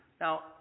Now